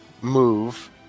move